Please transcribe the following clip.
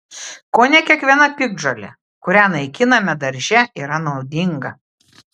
kone kiekviena piktžolė kurią naikiname darže yra naudinga